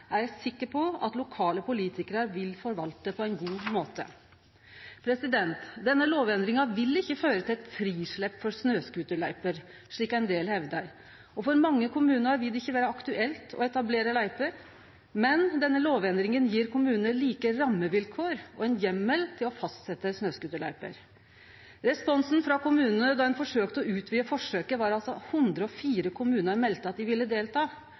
eg sikker på at lokale politikarar vil forvalte på ein god måte. Denne lovendringa vil ikkje føre til eit frislepp for snøscooterløyper, slik ein del hevdar. For mange kommunar vil det ikkje vere aktuelt å etablere løyper, men denne lovendringa gjev kommunane like rammevilkår og ein heimel til å fastsetje snøscooterløyper. Responsen frå kommunane då ein forsøkte å utvide forsøket, var at 104 kommunar melde at dei ville delta.